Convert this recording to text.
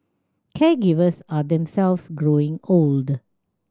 caregivers are themselves growing old